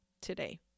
today